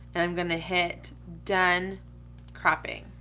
and i'm gonna hit done cropping.